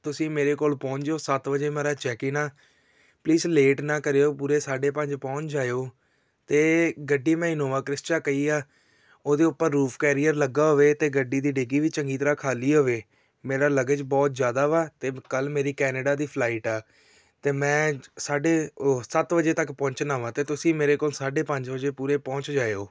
ਤੁਸੀਂ ਮੇਰੇ ਕੋਲ ਪਹੁੰਚ ਜਿਓ ਸੱਤ ਵਜੇ ਮੇਰਾ ਚੈੱਕਿਨ ਆ ਪਲੀਜ਼ ਲੇਟ ਨਾ ਕਰਿਓ ਪੂਰੇ ਸਾਢੇ ਪੰਜ ਪਹੁੰਚ ਜਾਇਓ ਅਤੇ ਗੱਡੀ ਮੈਂ ਇਨੋਵਾ ਕ੍ਰਿਸ਼ਚਾ ਕਹੀ ਆ ਉਹਦੇ ਉੱਪਰ ਰੂਫ ਕੈਰੀਅਰ ਲੱਗਾ ਹੋਵੇ ਅਤੇ ਗੱਡੀ ਦੀ ਡਿੱਗੀ ਵੀ ਚੰਗੀ ਤਰ੍ਹਾਂ ਖਾਲੀ ਹੋਵੇ ਮੇਰਾ ਲਗਿਜ ਬਹੁਤ ਜ਼ਿਆਦਾ ਵਾ ਅਤੇ ਕੱਲ੍ਹ ਮੇਰੀ ਕੈਨੇਡਾ ਦੀ ਫਲਾਈਟ ਆ ਅਤੇ ਮੈਂ ਸਾਢੇ ਉਹ ਸੱਤ ਵਜੇ ਤੱਕ ਪਹੁੰਚਣਾ ਵਾ ਅਤੇ ਤੁਸੀਂ ਮੇਰੇ ਕੋਲ ਸਾਢੇ ਪੰਜ ਵਜੇ ਪੂਰੇ ਪਹੁੰਚ ਜਾਇਓ